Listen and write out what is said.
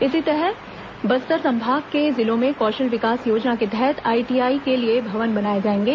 इसी तरह बस्तर संभाग के जिलों में कौशल विकास योजना के तहत आईटीआई के लिए भवन बनाए जाएंगे